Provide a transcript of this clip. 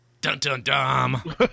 Dun-dun-dum